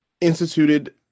instituted